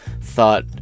thought